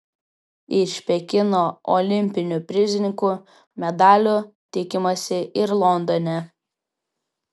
iš pekino olimpinių prizininkų medalių tikimasi ir londone